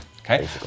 Okay